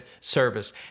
service